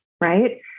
right